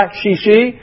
shishi